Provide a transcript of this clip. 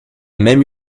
même